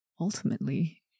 ultimately